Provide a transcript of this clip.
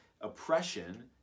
oppression